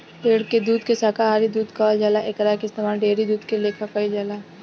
पेड़ के दूध के शाकाहारी दूध कहल जाला एकरा के इस्तमाल डेयरी दूध के लेखा कईल जाला